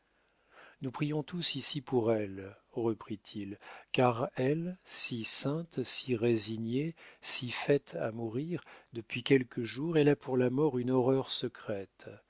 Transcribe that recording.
nous prions tous ici pour elle reprit-il car elle si sainte si résignée si faite à mourir depuis quelques jours elle a pour la mort une horreur secrète